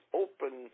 open